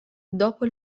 dopo